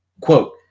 quote